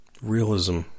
Realism